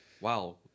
wow